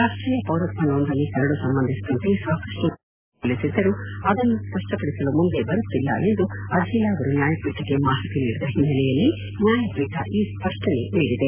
ರಾಷ್ಷೀಯ ಪೌರತ್ವ ನೋಂದಣಿ ಕರಡು ಸಂಬಂಧಿಸಿದಂತೆ ಸಾಕಷ್ಟು ಮಂದಿ ಆಕ್ಷೇಪಣೆಗಳನ್ನು ಸಲ್ಲಿಸಿದ್ದರೂ ಅದನ್ನು ಸ್ಪಷ್ಟಪಡಿಸಲು ಮುಂದೆ ಬರುತ್ತಿಲ್ಲ ಎಂದು ಅಜೇಲ ಅವರು ನ್ಯಾಯಪೀಠಕ್ಕೆ ಮಾಹಿತಿ ನೀಡಿದ ಹಿನ್ನೆಲೆಯಲ್ಲಿ ನ್ಯಾಯಪೀಠ ಈ ಸ್ಪಷ್ಟನೆ ನೀಡಿದೆ